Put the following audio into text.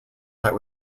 that